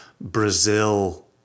Brazil